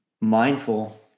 mindful